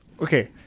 okay